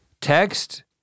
Text